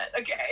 okay